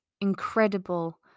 incredible